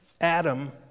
Adam